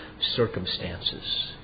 circumstances